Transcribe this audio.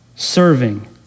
Serving